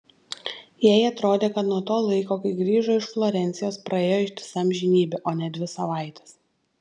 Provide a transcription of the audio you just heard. jai atrodė kad nuo to laiko kai grįžo iš florencijos praėjo ištisa amžinybė o ne dvi savaitės